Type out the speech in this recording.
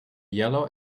yellow